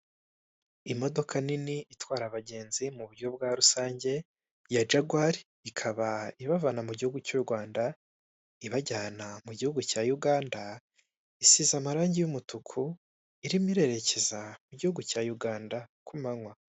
Imodoka nini itwara abagenzi mu buryo bwa rusange ya jagwari ikaba ibavana mu gihugu cy'u Rwanda ibajyana mu gihugu cya Uganda, isize amarangi y'umutuku irimo irerekeza mu igi cya Uganda ku manywa.